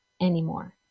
anymore